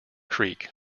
creek